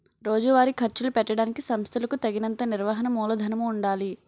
రోజువారీ ఖర్చులు పెట్టడానికి సంస్థలకులకు తగినంత నిర్వహణ మూలధనము ఉండాలి